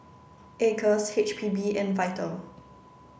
Acres H P B and VITAL